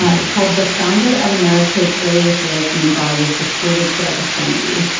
yeah it's called the founder of america's earliest lesbian bar was deported for obscenity.